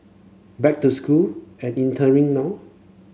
back to school and interning now